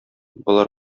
болар